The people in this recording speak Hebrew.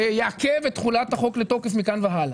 יעכב את תחולת החוק לתוקף מכאן והלאה.